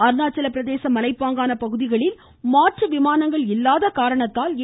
அருணாச்சல பிரதேச மலைப்பாங்கான பகுதிகளில் மாற்று விமானங்கள் இல்லாத காரணத்தால் ஏ